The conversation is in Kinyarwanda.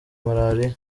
maraliya